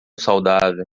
saudável